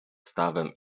stawem